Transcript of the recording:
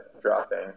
dropping